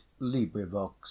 librivox